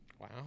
Wow